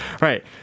Right